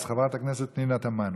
אז חברת הכנסת פנינה תמנו.